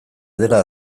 dela